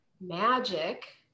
magic